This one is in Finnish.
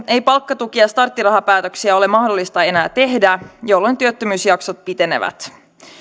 ei palkkatuki ja starttirahapäätöksiä ole mahdollista enää tehdä jolloin työttömyysjaksot pitenevät